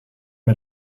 mit